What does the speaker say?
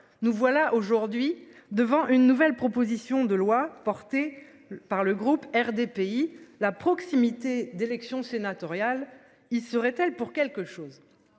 nous voilà aujourd'hui devant une nouvelle proposition de loi portée par le groupe RDPI la proximité d'élections sénatoriales, il serait-elle pour quelque chose.